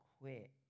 quit